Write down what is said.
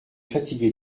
fatigué